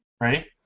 Ready